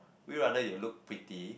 would you rather you look pretty